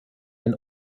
den